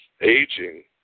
aging